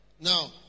Now